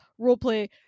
roleplay